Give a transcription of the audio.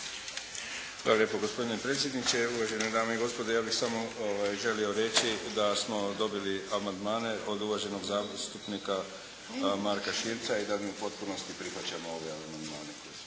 Hvala lijepo gospodine predsjedniče, uvažene dame i gospodo. Ja bih samo želio reći da smo dobili amandmane od uvaženog zastupnika Marka Širca i da mi u potpunosti prihvaćamo ove amandmane koji su.